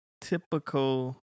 typical